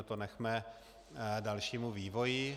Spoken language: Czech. To nechme dalšímu vývoji.